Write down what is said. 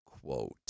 quote